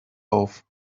auf